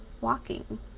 walking